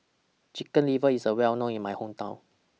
Chicken Liver IS Well known in My Hometown